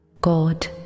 God